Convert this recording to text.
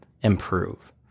improve